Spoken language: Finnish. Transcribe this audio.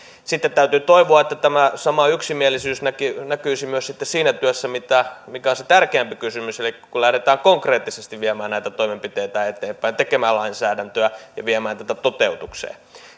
sitten täytyy toivoa että tämä sama yksimielisyys näkyisi myös siinä työssä mikä on se tärkeämpi kysymys elikkä kun kun lähdetään konkreettisesti viemään näitä toimenpiteitä eteenpäin ja tekemään lainsäädäntöä ja viemään tätä toteutukseen